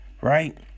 right